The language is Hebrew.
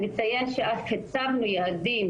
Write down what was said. אני אציין שבוועדת אקשטיין אף הצבנו יעדים